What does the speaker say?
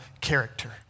character